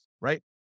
right